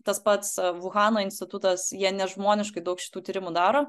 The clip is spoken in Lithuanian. tas pats uhano institutas jie nežmoniškai daug šitų tyrimų daro